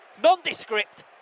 Nondescript